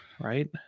right